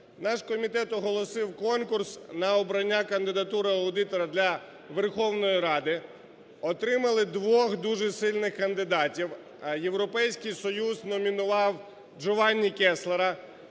Наш комітет оголосив конкурс на обрання кандидатури аудитора для Верховної Ради. Отримали двох дуже сильних кандидатів. Європейський Союз номінував Джованні Кесслера,